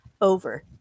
over